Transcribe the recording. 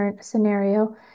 scenario